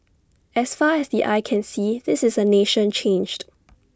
as far as the eye can see this is A nation changed